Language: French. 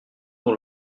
dont